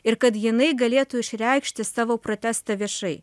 ir kad jinai galėtų išreikšti savo protestą viešai